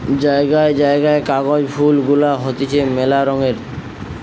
জায়গায় জায়গায় কাগজ ফুল গুলা হতিছে মেলা রঙের